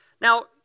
Now